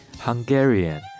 Hungarian